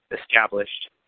established